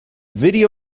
video